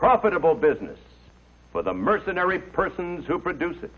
profitable business for the mercenary persons who produce it